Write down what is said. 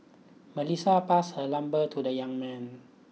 Melissa passed her number to the young man